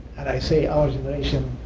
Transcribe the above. and i say our generation,